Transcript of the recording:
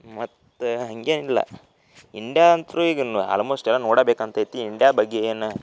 ಮತ್ತು ಹಾಗೇನಿಲ್ಲ ಇಂಡಿಯಾ ಅಂತು ಈಗಿನ ಆಲ್ಮೋಸ್ಟ್ ಎಲ್ಲ ನೋಡ್ಲಾ ಬೇಕಂತೈತಿ ಇಂಡಾ ಬಗ್ಗೆ ಏನು